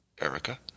Erica